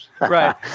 Right